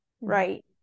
right